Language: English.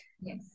yes